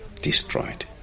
destroyed